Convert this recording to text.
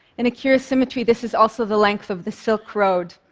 in a curious symmetry, this is also the length of the silk road.